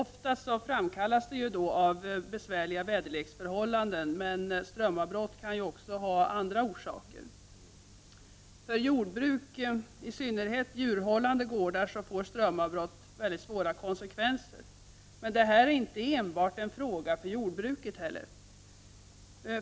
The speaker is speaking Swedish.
Oftast framkallas de av besvärliga väderleksförhållanden, men strömavbrott kan också ha andra orsaker. För jordbruk, i synnerhet djurhållande gårdar, får strömavbrott svåra konsekvenser men det är inte enbart en fråga för jordbruket.